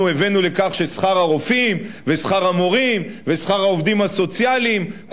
אנחנו הבאנו לכך ששכר הרופאים ושכר המורים ושכר העובדים הסוציאליים,